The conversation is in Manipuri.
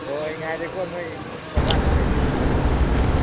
ꯑꯣ ꯉꯥꯏꯔꯦꯀꯣ ꯅꯣꯏ ꯊꯣꯡꯒꯥꯟꯗ ꯂꯩ ꯁꯠ ꯁꯠ ꯊꯣꯛꯂꯛꯑꯣ ꯂꯣꯏꯁꯤꯜꯂꯣ